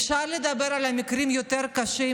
אפשר לדבר על מקרים יותר קשים,